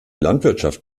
landwirtschaft